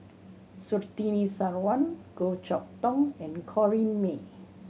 Surtini Sarwan Goh Chok Tong and Corrinne May